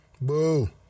Boo